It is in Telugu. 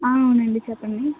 అవునండి చెప్పండి